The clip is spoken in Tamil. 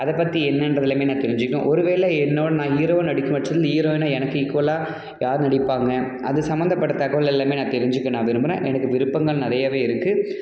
அதை பற்றி என்னென்றது எல்லாமே நான் தெரிஞ்சுக்கணும் ஒரு வேளை என்னோடய நான் ஹீரோவா நடிக்கும் பட்சத்தில் ஹீரோயினா எனக்கு ஈக்குவலா யார் நடிப்பாங்கள் அது சம்பந்தப்பட்ட தகவல் எல்லாமே நான் தெரிஞ்சுக்க நான் விரும்புனேன் எனக்கு விருப்பங்கள் நிறையவே இருக்குது